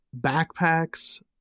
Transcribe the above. Backpacks